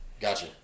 Gotcha